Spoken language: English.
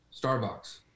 Starbucks